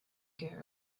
get